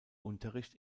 unterricht